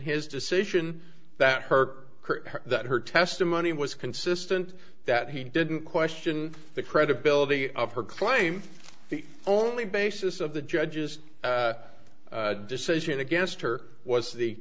his decision that herc that her testimony was consistent that he didn't question the credibility of her claim the only basis of the judge's decision against her was the